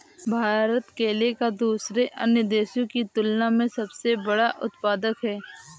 भारत केले का दूसरे अन्य देशों की तुलना में सबसे बड़ा उत्पादक है